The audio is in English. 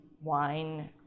wine